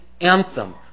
anthem